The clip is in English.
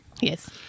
Yes